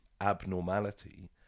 abnormality